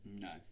No